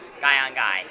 Guy-on-guy